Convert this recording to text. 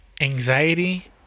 anxiety